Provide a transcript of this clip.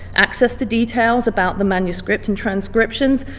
access to details about the manuscript and transcriptions